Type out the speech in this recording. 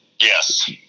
yes